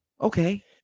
Okay